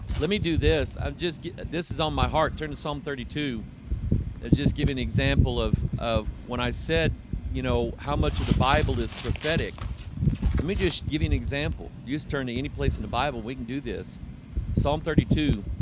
let me do this. i've just this is on my heart. turn to psalm thirty two ah just give an example of of when i said you know, how much of the bible is prophetic let me just give you an example use turning any place in the bible. we can do this psalm thirty two